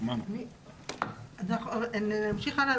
נמשיך הלאה.